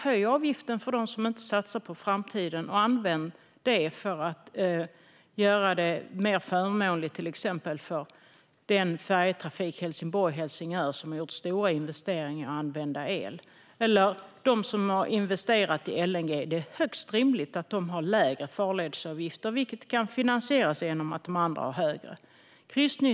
Höj avgiften för dem som inte satsar på framtiden! Sedan kan man använda det för att göra det mer förmånligt för till exempel den färjetrafik mellan Helsingborg och Helsingör som har gjort stora investeringar för att använda el eller dem som har investerat i LNG. Det är högst rimligt att de har lägre farledsavgifter, vilket kan finansieras genom att andra har högre avgifter.